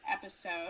episode